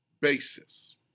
basis